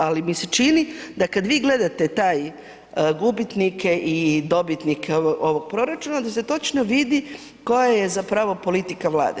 Ali mi se čini da kad vi gledate taj gubitnike i dobitnike ovog proračuna da se točno vidi koja je zapravo politika Vlade.